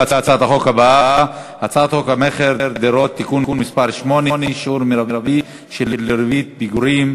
הצעת חוק איסור הפליה מחמת גיל (תיקוני חקיקה),